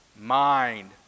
mind